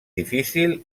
difícil